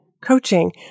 coaching